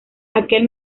aquel